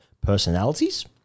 personalities